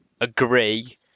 agree